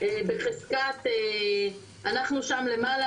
בחזקת - אנחנו שם למעלה,